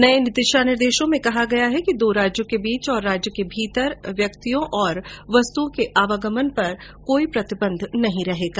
नये दिशा निर्देशों में कहा गया है कि दो राज्यों के बीच और राज्य के भीतर व्यक्तियों और वस्तुओं के आवागमन पर कोई प्रतिबंध नहीं होगा